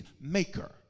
maker